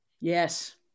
Yes